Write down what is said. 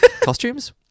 costumes